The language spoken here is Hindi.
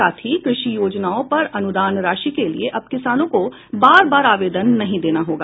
साथ ही कृषि योजनाओं पर अनुदान राशि के लिये अब किसानों को बार बार आवेदन नहीं देना होगा